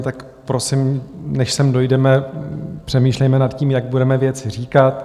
Tak prosím, než sem dojdeme, přemýšlejme nad tím, jak budeme věci říkat.